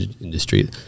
industry